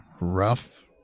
rough